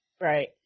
Right